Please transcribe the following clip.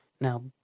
Now